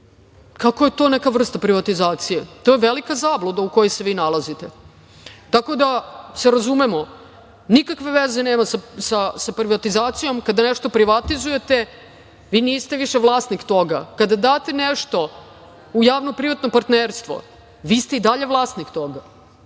Kako je to neka vrsta privatizacije? To je velika zabluda u kojoj se vi nalazite. Tako da se razumemo, nikakve veze nema sa privatizacijom. Kada nešto privatizujete vi niste više vlasnik toga. Kada date nešto u javno-privatnom partnerstvo vi ste i dalje vlasnik toga